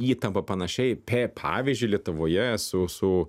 įtampą panašiai p pavyzdžiui lietuvoje su su